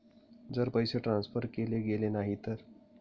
जर पैसे ट्रान्सफर केले गेले नाही तर?